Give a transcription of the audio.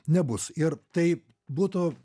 nebus ir tai būtų